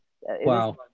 Wow